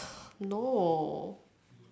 no